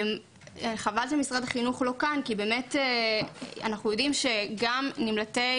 חבל שמשרד החינוך לא כאן כי אנחנו יודעים שגם נמלטי